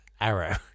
arrow